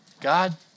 God